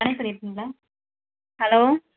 சொல்லியிருக்கீங்களா ஹலோ